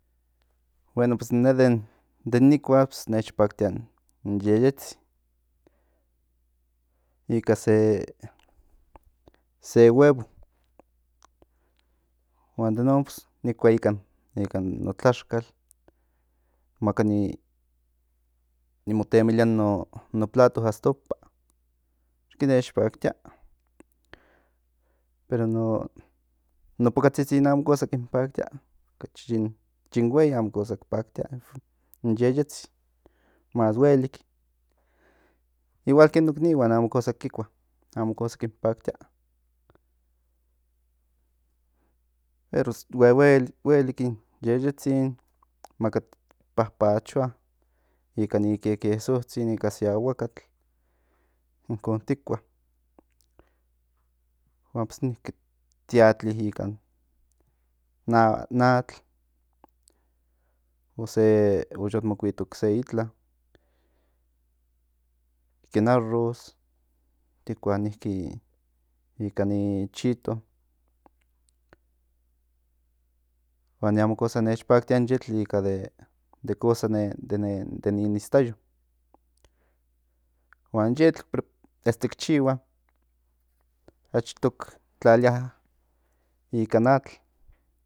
Bueno in ne den nikua pues nech paktia in yeyetzin ika se se huevo huan den no nikua ikan tlaxcal maka ni mo temilia in no plató hasta opa porque nech paktia pero in no pocatzitzin amo cosa kin paktia yin huei okachi amo cosa ki paktia in yeyetzin más huelik igual ken nok nihuan amo cosa kinkua amo cosa kin paktia pero huelik in yeyetzin maka tik papachoa ika ni quequesotzin ika se ahuakatl inkon tikua huan pues tiatli ikan atl o se ocse yotmokuito itla ken arroz tikua ika ni chito huan ne amo cosa nech paktia in yetl ika de cosa nen istayo huan yetl ki chihua achto ki tlalia ikan atl